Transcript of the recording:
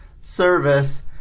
service